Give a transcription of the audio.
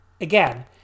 again